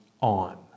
on